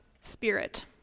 spirit